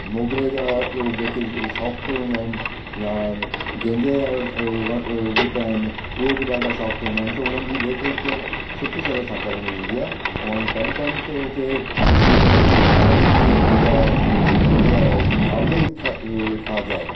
मोगिरे जा जेके सॉफ़्ट हूंदा आहिनि या गेंदे जा व ॿूटा आहिनि उहे बि ॾाढा सॉफ़्ट हूंदा आहिनि त उन्हनि जी देख रेख सुठी तरह सां करिणी हूंदी आहे ऐं टाईम टाईम ते उते असीं न खाद जी जेका हूअ आहे जेका आर्गेनिक खा खाद आहे